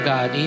God